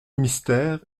mystère